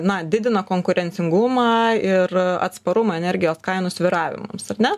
na didina konkurencingumą ir atsparumą energijos kainų svyravimams ar ne